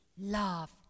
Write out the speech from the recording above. love